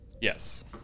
yes